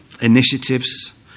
initiatives